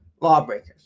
Lawbreakers